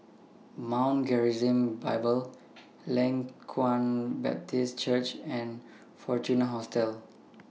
Mount Gerizim Bible Leng Kwang Baptist Church and Fortuna Hotel